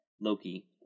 Loki